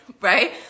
right